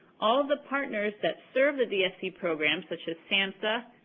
all of the partners that serve the dfc program, such as samhsa,